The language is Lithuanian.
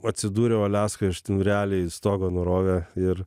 atsidūriau aliaskoj aš ten realiai stogą nurovė ir